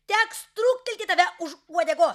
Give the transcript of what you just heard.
teks trūktelti tave už uodegos